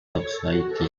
toxicity